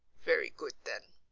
very good then,